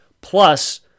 plus